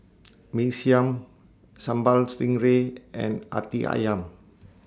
Mee Siam Sambal Stingray and Hati Ayam